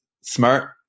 smart